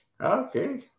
Okay